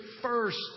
first